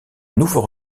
nouveau